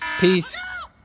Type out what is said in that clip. Peace